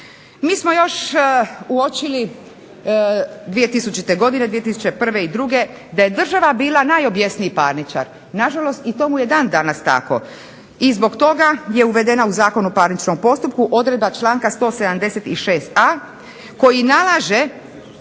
Mi smo još uočili 2000. godine, 2001. i 2002. da je država bila najobjesniji parničar. Na žalost i tomu je dan danas tako. I zbog toga je uvedena u Zakon o parničnom postupku odredba članka 176.a koji nalaže